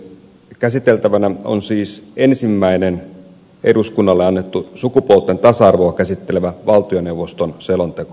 käsiteltävänä on siis ensimmäinen eduskunnalle annettu sukupuolten tasa arvoa käsittelevä valtioneuvoston selonteko